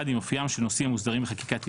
עם אופיים של נושאים המוסדרים בחקיקת יסוד.